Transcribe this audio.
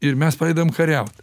ir mes pradedam kariaut